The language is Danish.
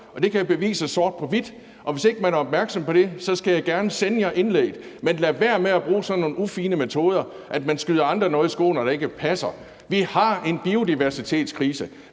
det kan jeg bevise sort på hvidt. Og hvis ikke man er opmærksom på det, skal jeg gerne sende jer indlægget. Men lad være med at bruge sådan nogle ufine metoder som at skyde andre noget i skoene og sige noget, der ikke passer. Vi har en biodiversitetskrise.